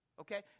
okay